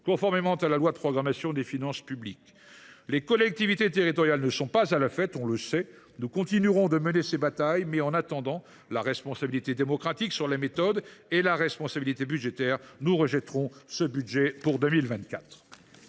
conformément à la loi de programmation des finances publiques. On le sait, les collectivités territoriales ne sont pas à la fête. Nous continuerons de mener ces batailles, mais, en attendant la responsabilité démocratique, sur la méthode, et la responsabilité budgétaire, nous rejetterons ce budget pour 2024.